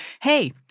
hey